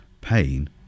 pain